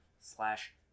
slash